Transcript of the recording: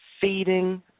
feeding